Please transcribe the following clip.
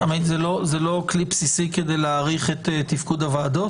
לא זה לא כלי בסיסי כדי להעריך את תפקוד הוועדות?